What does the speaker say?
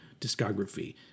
discography